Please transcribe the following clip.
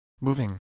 Moving